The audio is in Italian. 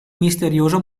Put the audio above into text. misterioso